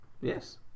Yes